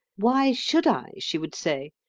why should i she would say.